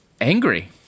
angry